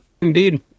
Indeed